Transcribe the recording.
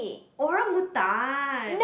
orangutan